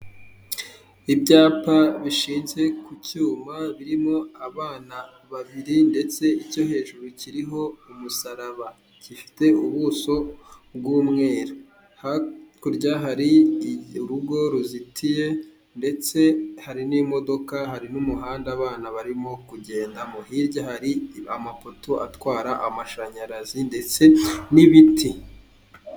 Ibyapa bishinze ku cyuma birimo abana babiri, ndetse icyo hejuru kiriho umusaraba gifite ubuso bw'umweru, hakurya hari urugo ruzitiye ndetse hari n'imodoka hari n'umuhanda abana barimo kugenda mo, hirya hari amafoto atwara amashanyarazi ndetse n'ibiti.